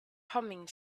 humming